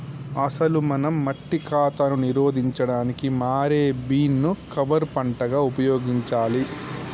అసలు మనం మట్టి కాతాను నిరోధించడానికి మారే బీన్ ను కవర్ పంటగా ఉపయోగించాలి